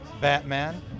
Batman